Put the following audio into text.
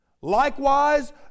Likewise